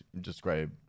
describe